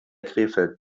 krefeld